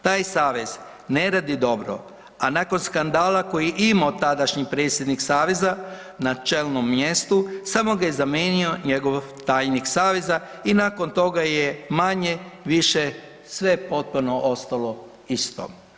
Taj savez ne radi dobro, a nakon skandala koji je imao tadašnji predsjednik saveza na čelnom mjestu samo ga je zamijenio njegov tajnik saveza i nakon toga je manje-više sve potpuno ostalo isto.